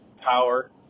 Power